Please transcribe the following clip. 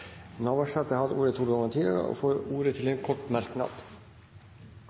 har hatt ordet to ganger tidligere og får ordet til en kort merknad,